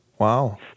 Wow